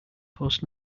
post